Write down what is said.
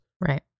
Right